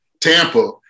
Tampa